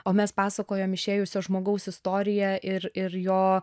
o mes pasakojam išėjusio žmogaus istoriją ir ir jo